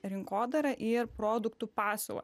rinkodarą ir produktų pasiūlą